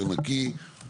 (הישיבה נפסקה בשעה 12:22 ונתחדשה בשעה 12:52.)